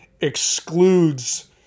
excludes